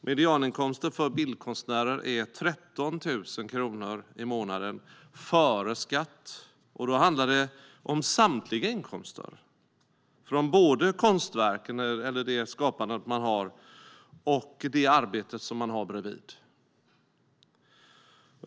Medianinkomsten för bildkonstnärer är 13 000 kronor i månaden före skatt, och då handlar det om samtliga inkomster från både skapandet och det arbete man har bredvid.